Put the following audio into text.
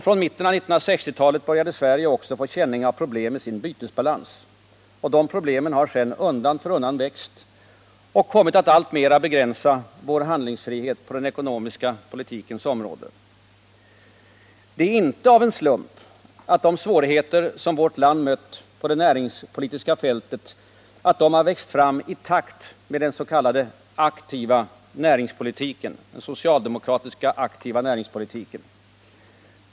Från mitten av 1960-talet började Sverige också få känning av problem med sin bytesbalans. De har sedan undan för undan vuxit och kommit att alltmer begränsa vår handlingsfrihet på den ekonomiska politikens område. Det är inte en slump att de svårigheter som vårt land mött på det näringspolitiska fältet vuxit fram i takt med den socialdemokratiska s.k. aktiva näringspolitiken.